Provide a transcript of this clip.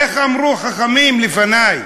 איך אמרו חכמים לפני,